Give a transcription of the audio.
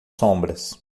sombras